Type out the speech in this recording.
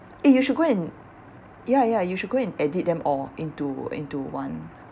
eh you should go and ya ya you should go and edit them all into into one